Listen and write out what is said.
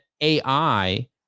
AI